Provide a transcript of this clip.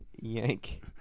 Yank